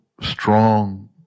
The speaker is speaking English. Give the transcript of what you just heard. strong